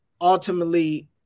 Ultimately